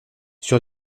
sur